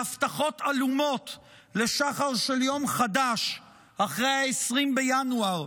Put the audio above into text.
והבטחות עלומות לשחר של יום חדש אחרי 20 בינואר,